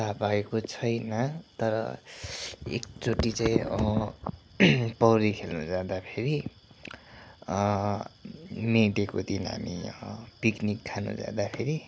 त भएको छैन तर एकचोटि चाहिँ पौडी खेल्न जाँदाखेरि मे डेको दिन हामी पिक्निक खानु जाँदाखेरि